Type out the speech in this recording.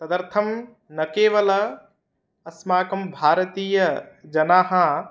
तदर्थं न केवलम् अस्माकं भारतीयजनाः